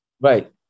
Right